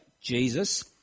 Jesus